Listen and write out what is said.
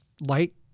light